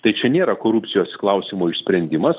tai čia nėra korupcijos klausimų išsprendimas